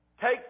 take